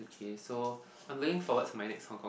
okay so I'm looking forward to my next Hong Kong